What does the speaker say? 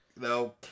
No